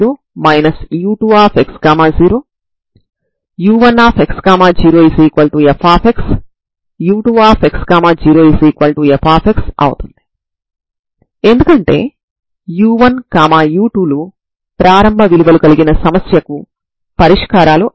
కాబట్టి ఇది పరిమిత డొమైన్లో ప్రారంభ మరియు సరిహద్దు విలువలు కలిగిన సమస్య యొక్క పరిష్కారం అవుతుంది